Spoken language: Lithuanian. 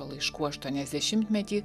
laiškų aštuoniasdešimtmetį